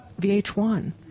VH1